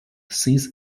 since